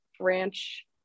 branch